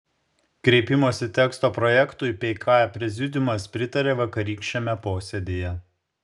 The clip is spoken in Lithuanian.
kreipimosi teksto projektui pk prezidiumas pritarė vakarykščiame posėdyje